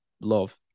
love